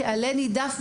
כעלה נידף,